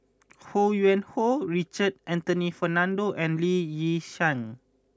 Ho Yuen Hoe Raymond Anthony Fernando and Lee Yi Shyan